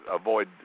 avoid